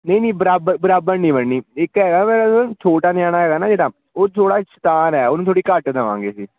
ਨਹੀਂ ਨਹੀਂ ਬਰਾਬਰ ਬਰਾਬਰ ਨਹੀਂ ਵੰਡਣੀ ਇੱਕ ਹੈਗਾ ਮੇਰਾ ਨਾ ਛੋਟਾ ਨਿਆਣਾ ਹੈਗਾ ਨਾ ਜਿਹੜਾ ਉਹ ਥੋੜ੍ਹਾ ਸ਼ੈਤਾਨ ਹੈ ਉਹਨੂੰ ਥੋੜ੍ਹੀ ਘੱਟ ਦੇਵਾਂਗੇ ਜੀ